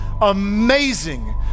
amazing